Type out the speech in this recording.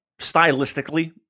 stylistically